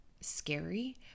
scary